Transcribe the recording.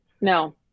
No